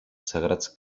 sagrats